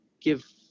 give